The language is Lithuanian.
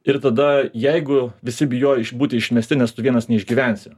ir tada jeigu visi bijojo būti išmesti nes tu vienas neišgyvensi